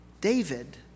David